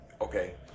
Okay